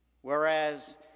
whereas